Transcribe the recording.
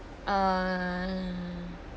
uh